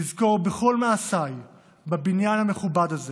לזכור בכל מעשיי בבניין המכובד הזה